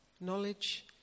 Knowledge